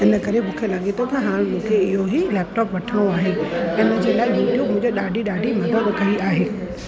इन करे मूंखे लॻे थो त हाणे मूंखे इहो ई लैपटॉप वठिणो आहे इन जे लाइ यूट्यूब मूंखे ॾाढी ॾाढी मदद कई आहे